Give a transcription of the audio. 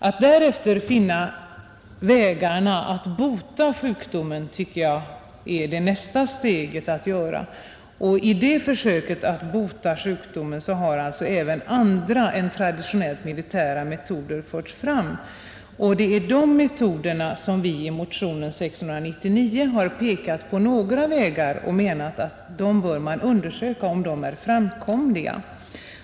Att därefter finna vägarna att bota sjukdomen tycker jag är nästa steg, och i försöket att bota sjukdomen har alltså även andra än traditionellt militära metoder förts fram. Det är några av de metoderna som vi i motionen 699 har pekat på och menat att man bör undersöka om de är framkomliga.